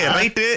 right